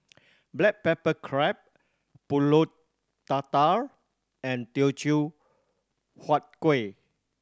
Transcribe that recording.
black pepper crab Pulut Tatal and Teochew Huat Kuih